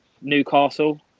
Newcastle